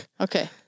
Okay